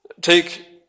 Take